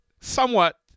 somewhat